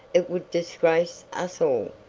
it would disgrace us all.